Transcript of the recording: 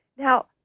Now